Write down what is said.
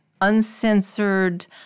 uncensored